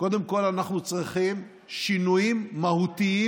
קודם כול, אנחנו צריכים שינויים מהותיים